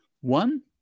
One